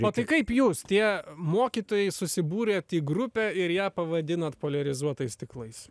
o tai kaip jūs tie mokytojai susibūrėt į grupę ir ją pavadinot poliarizuotais stiklais